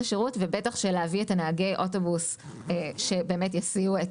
השירות ובטח שלהביא את נהגי האוטובוס שיסיעו את